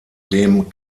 dem